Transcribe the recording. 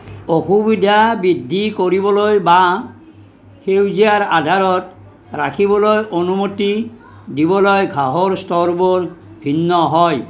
অসুবিধা বৃদ্ধি কৰিবলৈ বা সেউজীয়াৰ আধাৰত ৰাখিবলৈ অনুমতি দিবলৈ ঘাঁহৰ স্তৰবোৰ ভিন্ন হয়